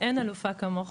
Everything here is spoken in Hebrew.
אין אלופה כמוך.